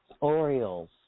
Orioles